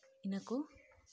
ᱤᱱᱟᱹ ᱠᱚ